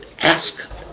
Ask